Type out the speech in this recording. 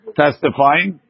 testifying